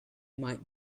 might